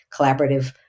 collaborative